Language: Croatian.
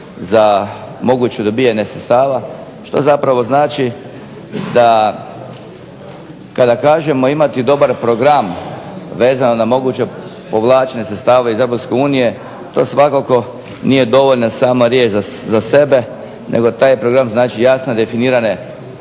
za moguće dobivanje sredstava. Što zapravo znači da kada kažemo imati dobar program vezano na moguće povlačenje sredstava iz EU to svakako nije dovoljna sama riječ za sebe nego taj program znači jasno definirane